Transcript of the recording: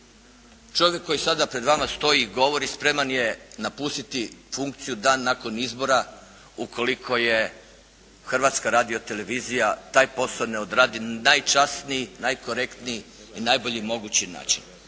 Čovjek koji sada pred vama stoji i govori spreman je napustiti funkciju dan nakon izbora ukoliko je Hrvatska radiotelevizija taj posao ne odradi najčasniji, najkorektniji i najbolji mogući način.